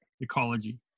ecology